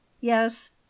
yes